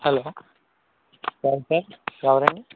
hello ఎవరు sir ఎవరండీ